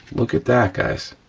look at that guys,